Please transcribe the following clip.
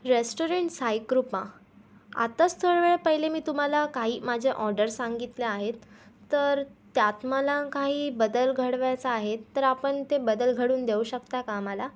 restaurant Saikripa आत्ताच थोड्यावेळा पहिले मी तुम्हाला काही माझे ऑर्डर सांगितले आहेत तर त्यात मला काही बदल घडवायचा आहे तर आपण ते बदल घडवून देऊ शकता का आम्हाला